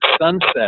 sunset